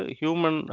human